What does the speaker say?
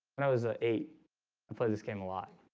when i was a eight and play this game a lot